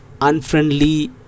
unfriendly